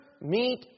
meet